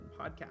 Podcast